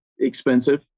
expensive